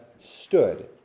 stood